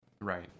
Right